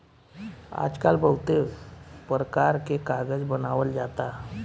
आजकल बहुते परकार के कागज बनावल जाता